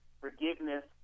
forgiveness